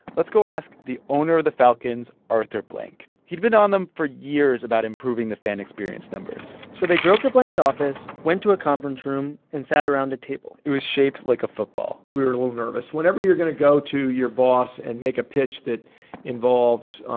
let's go ask the owner of the falcons, arthur blank. he'd been on them for years about improving the fan experience numbers so they drove to blank's office, went to a conference room and sat around a table it was shaped like a football we were a little nervous. whenever you're going to go to your boss and make a pitch that involves